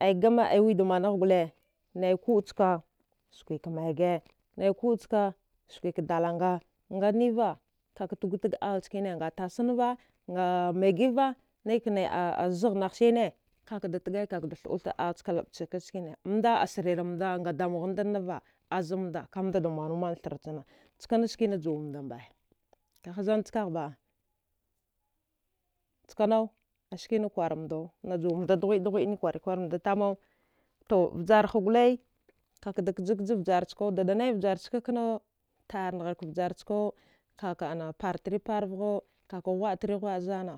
ai gamee, ai wede manghe gule nayi kill'e chka suki ka mage, ngyeku ka, suki ku dalanga, nga niva ka ka tugu tage alla nchle ne nga tasne va, nga magi va, nay kinai a ze mbe kaka de tgaya keka da tha'u tha'a all chka lamchika, nchike ne, manda, a shirer mnda nga damuwa ghanda na va az mnda, ka nda manu man thra chenu, ndikine ske juwa mbe, ki ha zan skagh ba? Nchkanau a ski na kwar mndau the juwa mndate doglode, doglode klewara ki kuwar mondau tamnau, to vjraha chka gida ka ka da k'ja-k'ja vjrha chka, diɗa nai vjr chka k'nau kaka tar negha vjr chhkau, kaka partripar vegha, kaka ghuv'a tri ghuwala zanna.